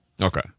Okay